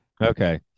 Okay